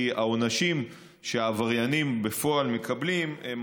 כי העונשים שהעבריינים מקבלים בפועל הם